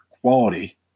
quality